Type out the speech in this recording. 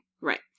Right